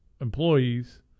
employees